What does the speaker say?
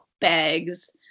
bags